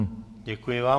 Děkuji vám.